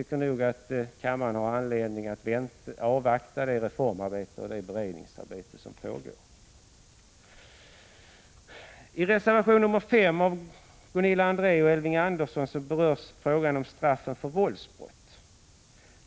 28 maj 1986 att kammaren har anledning att avvakta det reformarbete och det beredningsarbete som pågår. I reservation 5 av Gunilla André och Elving Andersson berörs frågan om straffen för våldsbrott.